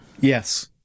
Yes